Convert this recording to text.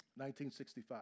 1965